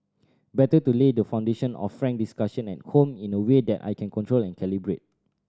better to lay the foundation of frank discussion at home in a way that I can control and calibrate